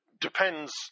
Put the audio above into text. depends